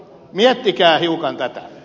miettikää hiukan tätä